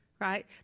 right